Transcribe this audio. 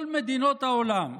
כל מדינות העולם,